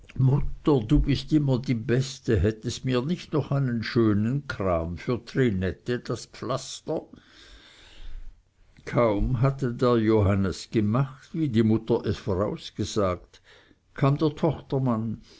mutter du bist immer die beste hättest mir nicht noch einen schönen kram für trinette das pflaster kaum hatte der johannes gemacht wie die mutter es vorausgesagt kam der